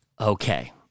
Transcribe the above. Okay